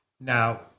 Now